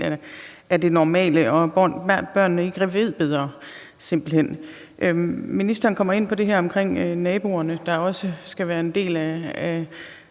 af det normale og børnene simpelt hen ikke ved bedre. Ministeren kommer ind på det her om naboerne, der også skal være en del af